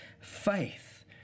faith